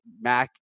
Mac